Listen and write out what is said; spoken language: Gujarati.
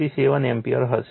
167 એમ્પીયર હશે